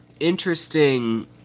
Interesting